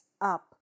up